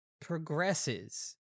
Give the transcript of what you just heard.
progresses